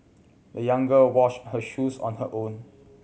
the young girl washed her shoes on her own